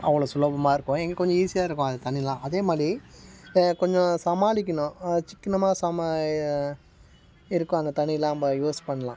அவ்வளோ சுலபமாக இருக்கும் எங்களுக்கு கொஞ்சம் ஈசியாக இருக்கும் அந்த தண்ணிலாம் அதே மாரி கொஞ்சம் சமாளிக்கணும் சிக்கனமாக சமாய இருக்கும் அந்த தண்ணிலாம் நம்ம யூஸ் பண்ணலாம்